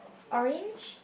orange